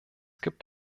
gibt